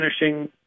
Finishing